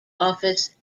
office